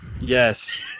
Yes